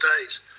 days